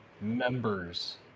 members